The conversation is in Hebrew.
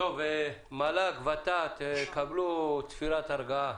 אז למעשה, תקנות 5,6 ו-7 נמחקות.